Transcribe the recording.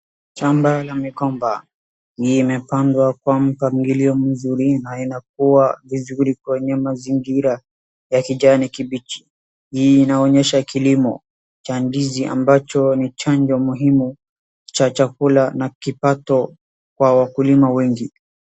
Shamba la migomba, imepandwa kwa mpangilio mzuri na inakua vizurii kwenye mazingira ya kijani kimbichi. Hii inaonyesha kilimo cha ndizi ambacho ni chanzo muhimu cha chakula na kipato kwa wakulima wengi.